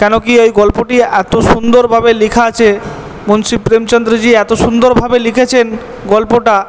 কেন কি ওই গল্পটি এতো সুন্দরভাবে লিখা আছে মুন্সি প্রেমচন্দ্রজি এতো সুন্দরভাবে লিখেছেন গল্পটা